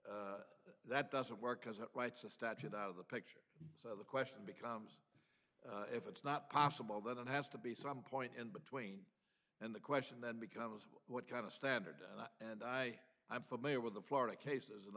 claim that doesn't work because it writes a statute out of the picture so the question becomes if it's not possible that it has to be some point in between and the question then becomes what kind of standard and i am familiar with the florida cases and